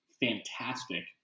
fantastic